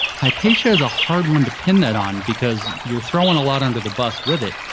hypatia is a hard one to pin that on because you're throwing a lot under the bus with it.